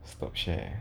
stop share